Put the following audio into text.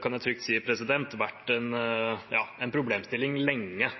kan jeg trygt si har vært en problemstilling lenge.